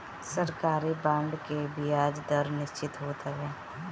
सरकारी बांड के बियाज दर निश्चित होत हवे